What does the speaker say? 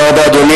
אדוני.